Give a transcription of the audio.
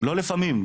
לא לפעמים,